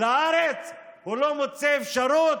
לארץ והוא לא מוצא אפשרות?